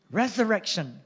resurrection